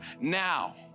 now